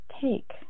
take